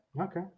okay